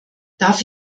darf